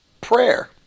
prayer